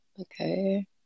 okay